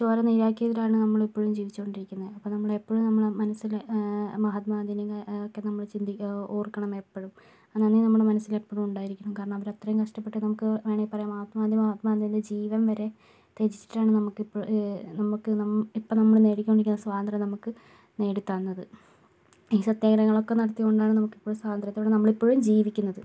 ചോര നീരാക്കിയതിൽ ആണ് നമ്മൾ ഇപ്പോഴും ജീവിച്ചുകൊണ്ടിരിക്കുന്നത് അപ്പോൾ നമ്മൾ ഇപ്പോഴും മനസ്സിൽ മഹാത്മാഗാന്ധിനെ ഒക്കെ ചിന്തിക്കാ ഓർക്കണം എപ്പഴും ആ നന്ദി നമ്മുടെ മനസ്സിൽ എപ്പോഴും ഉണ്ടായിരിക്കണം കാരണം അവർ അത്രയും കഷ്ടപ്പെട്ട് നമുക്ക് വേണമെങ്കിൽ പറയാം മഹാത്മാഗാന്ധി മഹാത്മാഗാന്ധിയുടെ ജീവൻ വരെ ത്യജിട്ടാണ് നമുക്ക് ഇപ്പ നമുക്ക് ഇപ്പൊ നമ്മൾ നേടിക്കൊണ്ടിരിക്കുന്ന സ്വാതന്ത്ര്യം നമുക്ക് നേടിത്തന്നത് ഈ സത്യാഗ്രഹങ്ങൾ ഒക്കെ നടത്തിയത് കൊണ്ടാണ് നമുക്കിപ്പോൾ സ്വാതന്ത്രത്തോടെ നമ്മൾ ഇപ്പഴും ജീവിക്കുന്നത്